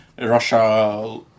Russia